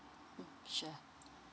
mm sure